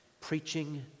preaching